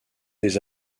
des